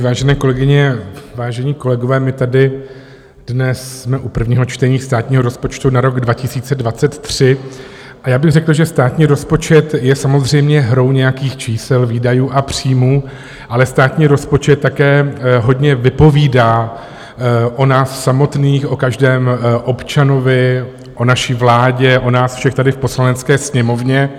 Vážené kolegyně, vážení kolegové, my tady dnes jsme u prvního čtení státního rozpočtu na rok 2023 a já bych řekl, že státní rozpočet je samozřejmě hrou nějakých čísel, výdajů a příjmů, ale státní rozpočet také hodně vypovídá o nás samotných, o každém občanovi, o naší vládě, o nás všech tady v Poslanecké sněmovně.